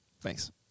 Thanks